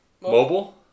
mobile